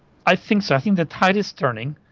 i think so i think the tide is turning.